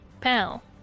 Pal